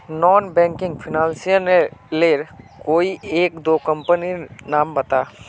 Non banking financial लेर कोई एक या दो कंपनी नीर नाम बता?